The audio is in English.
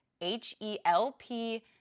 H-E-L-P